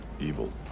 evil